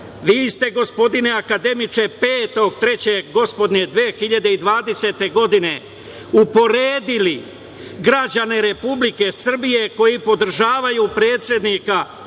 ste, gospodine akademiče 5. marta gospodnje 2020. godine, uporedili građane Republike Srbije, koji podržavaju predsednika